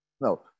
No